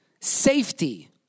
Safety